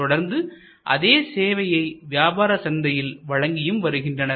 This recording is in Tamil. தொடர்ந்து அதே சேவையை வியாபார சந்தையில் வழங்கியும் வருகின்றனர்